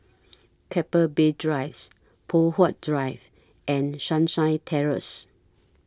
Keppel Bay Drives Poh Huat Drive and Sunshine Terrace